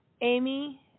Amy